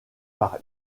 par